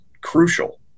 crucial